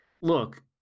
Look